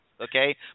okay